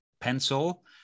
pencil